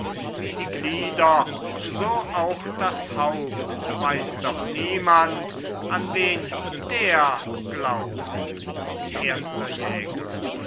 wie die glieder so auch das haupt weiß doch niemand an wen der glaubt erster jäger